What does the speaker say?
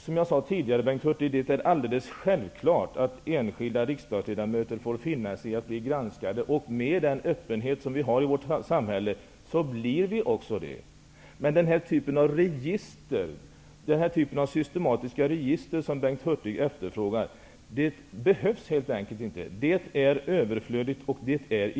Som jag sade tidigare, Bengt Hurtig, är det alldeles självklart att enskilda riksdagsledamöter får finna sig i att bli granskade. Med den öppenhet som finns i vårt samhälle blir vi också granskade. Men den typ av systematiska register som Bengt Hurtig efterfrågar behövs inte. Ett sådant register är överflödigt, icke efterfrågat.